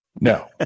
No